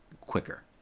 quicker